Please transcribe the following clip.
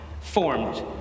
formed